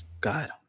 God